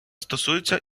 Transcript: стосується